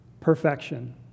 perfection